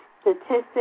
statistics